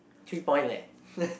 three point leh